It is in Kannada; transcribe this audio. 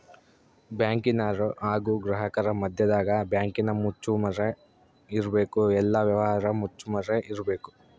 ಬ್ಯಾಂಕಿನರು ಹಾಗು ಗ್ರಾಹಕರ ಮದ್ಯದಗ ಬ್ಯಾಂಕಿನ ಮುಚ್ಚುಮರೆ ಇರಬೇಕು, ಎಲ್ಲ ವ್ಯವಹಾರ ಮುಚ್ಚುಮರೆ ಇರಬೇಕು